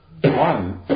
One